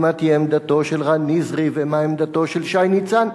ומה תהיה עמדתו של רז נזרי ומה עמדתו של שי ניצן.